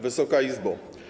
Wysoka Izbo!